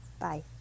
Bye